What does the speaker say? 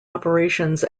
operations